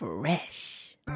Fresh